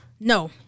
No